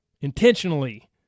intentionally